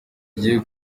igiye